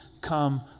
come